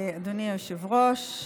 היושב-ראש.